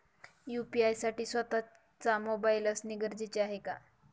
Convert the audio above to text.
UPI साठी स्वत:चा mobile असणे गरजेचे आहे का?